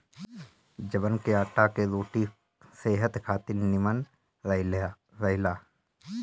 जव के आटा के रोटी सेहत खातिर निमन रहेला